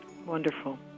Wonderful